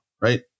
right